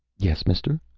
yes, mister?